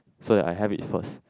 so that I have it first